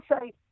say